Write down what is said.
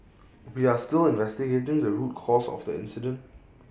we are still investigating the root cause of the incident